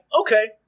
Okay